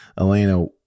Elena